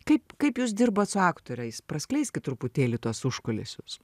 kaip kaip jūs dirbat su aktoriais praskleiskit truputėlį tuos užkulisius